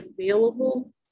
available